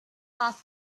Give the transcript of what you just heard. path